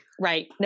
right